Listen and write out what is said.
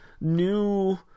new